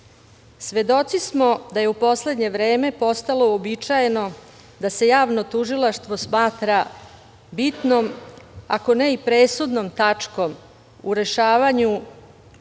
štitim. Svedoci smo da je u poslednje vreme postalo uobičajeno da se javno tužilaštvo smatra bitnom, ako ne i presudnom tačkom u rešavanju